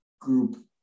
group